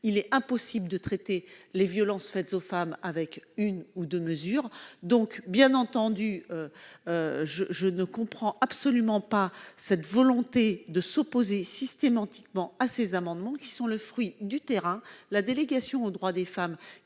il est impossible de traiter les violences faites aux femmes en se limitant à une ou deux mesures. Moi non plus, je ne comprends absolument pas la volonté de s'opposer systématiquement à ces amendements qui sont le fruit du terrain. La délégation aux droits des femmes